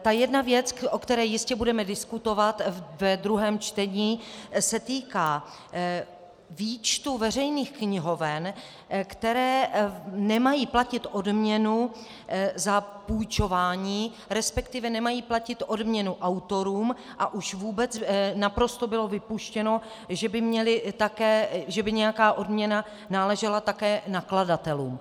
Ta jedna věc, o které jistě budeme diskutovat ve druhém čtení, se týká výčtu veřejných knihoven, které nemají platit odměnu za půjčování, respektive nemají platit odměnu autorům, a už vůbec, naprosto bylo vypuštěno, že by nějaká odměna náležela také nakladatelům.